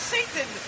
Satan